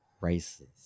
races